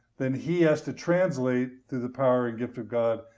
then he has to translate through the power and gift of god,